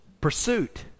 pursuit